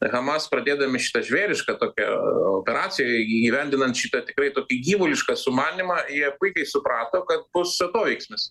hamas pradėdami šitą žvėrišką tokią operaciją įgyvendinant šitą tikrai tokį gyvulišką sumanymą jie puikiai suprato kad bus atoveiksmis